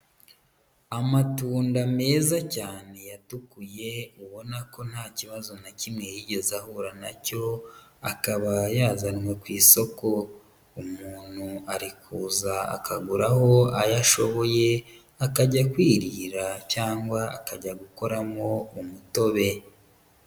Amatunda meza cyane yatukuye ubona ko nta kibazo na kimwe yigeze ahura na cyo, akaba yazanwe ku isoko. Umuntu ari kuza akaguraho ayo ashoboye, akajya kwirira cyangwa akajya gukoramo umutobe.